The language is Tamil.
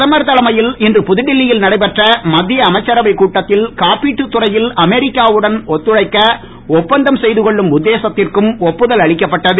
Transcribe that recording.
பிரதமர் தலைமையில் இன்று புதுடெல்லியில் நடைபெற்ற மத்திய அமைச்சரவை கூட்டத்தில் காப்பீட்டுத்துறையில் அமெரிக்காவுடன் ஒத்துழைக்க ஒப்பந்தம் செய்து கொள்ளும் உத்தேசத்திற்கும் ஒப்புதல் அளிக்கப்பட்டது